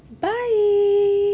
Bye